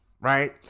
right